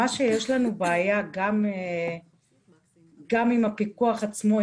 יש לנו בעיה גם עם הפיקוח עצמו,